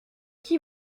qui